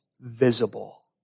visible